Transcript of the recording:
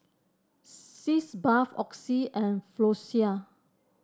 Sitz Bath Oxy and Floxia